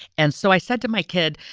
and so i said to my kid,